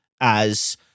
as-